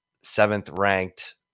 seventh-ranked